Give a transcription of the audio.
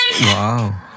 Wow